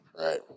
right